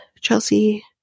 Chelsea